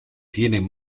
tienen